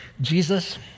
Jesus